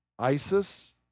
ISIS